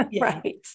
Right